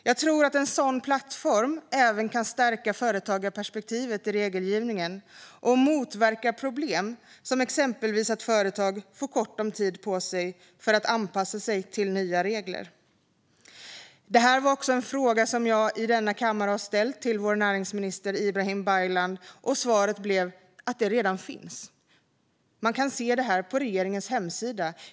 Jag tror att en sådan plattform även kan stärka företagarperspektivet i regelgivningen och motverka problem som att företag får kort om tid på sig för att anpassa sig till nya regler. Jag ställde den här frågan i denna kammare till vår näringsminister Ibrahim Baylan. Svaret blev att detta redan finns - man kan se det på regeringens hemsida.